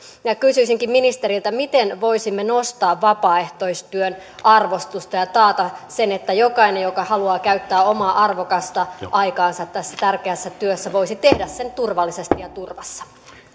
kysyisinkin ministeriltä miten voisimme nostaa vapaaehtoistyön arvostusta ja taata sen että jokainen joka haluaa käyttää omaa arvokasta aikaansa tässä tärkeässä työssä voisi tehdä sen turvallisesti ja turvassa